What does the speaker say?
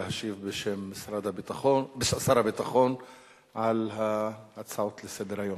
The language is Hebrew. להשיב בשם שר הביטחון על ההצעות לסדר-היום.